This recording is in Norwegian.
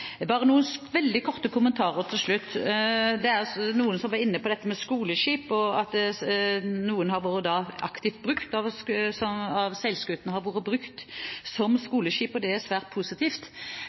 Bare noen veldig korte kommentarer til slutt: Noen var inne på dette med at noen av seilskutene har vært brukt som skoleskip, og det er svært positivt,